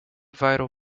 vital